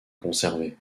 conservés